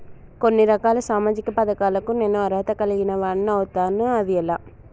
కొన్ని రకాల సామాజిక పథకాలకు నేను అర్హత కలిగిన వాడిని అవుతానా? అది ఎలా?